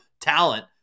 talent